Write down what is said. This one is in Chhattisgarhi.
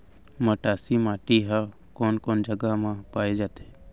मटासी माटी हा कोन कोन जगह मा पाये जाथे?